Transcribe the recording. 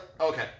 okay